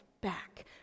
back